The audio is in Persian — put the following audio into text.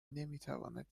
نمیتواند